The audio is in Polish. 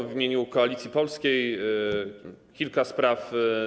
W imieniu Koalicji Polskiej kilka spraw.